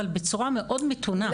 אבל בצורה מאוד מתונה.